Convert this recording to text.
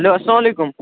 hello اسلام علیکُم